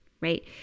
right